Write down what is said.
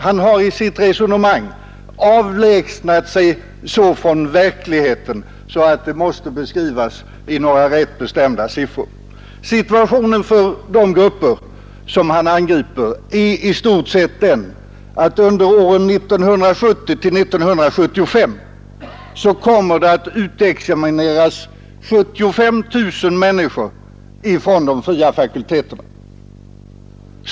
Han har i sitt resonemang avlägsnat sig så från verkligheten att den måste beskrivas i några rätt bestämda siffror. Situationen för de grupper som han angriper är i stort sett den att under våren 1970-1975 kommer det att utexamineras 75 000 människor från de fria fakulteterna.